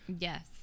yes